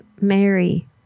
mary